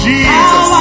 Jesus